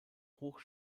hoch